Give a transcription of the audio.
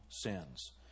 sins